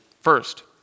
First